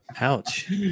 Ouch